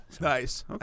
Nice